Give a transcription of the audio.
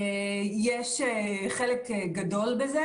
יש חלק גדול בזה.